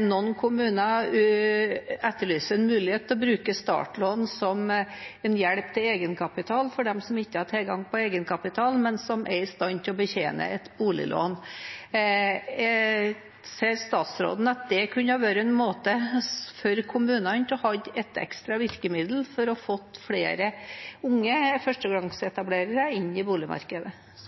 Noen kommuner etterlyser muligheten til å bruke startlån som en hjelp til egenkapital for dem som ikke har tilgang til egenkapital, men som er i stand til å betjene et boliglån. Ser statsråden at det kunne vært ekstra virkemidler for kommunene